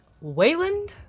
Wayland